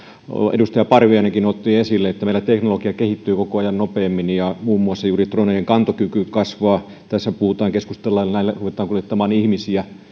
edustaja parviainenkin otti esille että meillä teknologia kehittyy koko ajan nopeammin ja muun muassa juuri dronejen kantokyky kasvaa tässä puhutaan keskustellaan siitä että näillä ruvetaan kuljettamaan ihmisiä